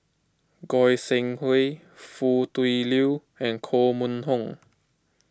Goi Seng Hui Foo Tui Liew and Koh Mun Hong